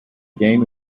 game